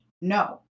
no